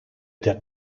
that